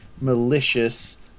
malicious